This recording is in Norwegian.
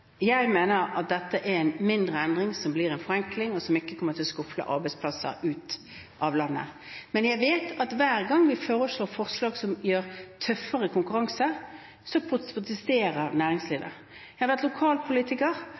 som ikke kommer til å skufle arbeidsplasser ut av landet. Men jeg vet at hver gang vi kommer med forslag som gir tøffere konkurranse, så protesterer næringslivet. Jeg har vært lokalpolitiker,